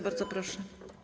Bardzo proszę.